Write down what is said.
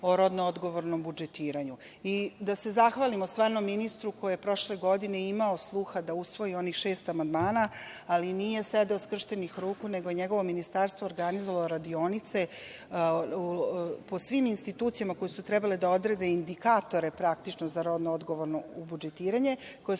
o rodno odgovornom budžetiranju. Da se zahvalimo stvarno ministru, koji je prošle godine ima sluha da usvoji onih šest amandmana, ali nije sedeo skrštenih ruku, nego je njegovo ministarstvo organizovalo radionice po svim institucijama koje su trebale da odrede indikatore, praktično za rodno odgovorno budžetiranje koje se